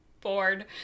bored